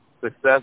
success